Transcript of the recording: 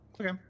Okay